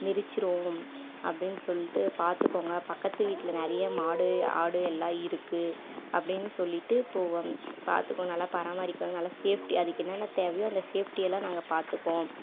மிதிச்சிரும் அப்படின்னு சொல்லிட்டு பார்த்துக்கோங்க பக்கத்து வீட்டில் நிறையா மாடு ஆடு எல்லாம் இருக்குது அப்படின்னு சொல்லிகிட்டு போவேன் பார்த்துக்கும் நல்லா பராமரிக்கணும் நல்லா சேஃப்டி அதுக்கு என்னென்ன தேவையோ அந்த சேஃப்டியெல்லாம் நாங்கள் பார்த்துப்போம்